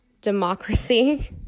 Democracy